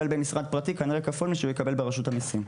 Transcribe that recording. במשרד פרטי כנראה כפול משהוא יקבל ברשות המיסים.